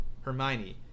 Hermione